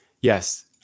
Yes